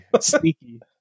Sneaky